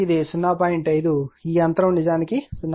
5 ఈ అంతరం నిజానికి 0